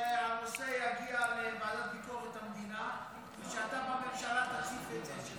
שהנושא יגיע לוועדה לביקורת המדינה ושאתה בממשלה תציף את זה.